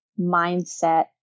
mindset